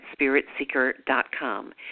spiritseeker.com